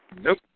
Nope